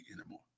anymore